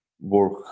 work